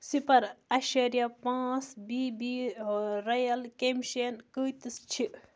صِپَر اَشٲریا پانٛژھ B B رَیَل کٮ۪مشَن کۭتِس چھِ